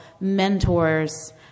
mentors